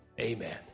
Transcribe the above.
Amen